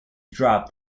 dropped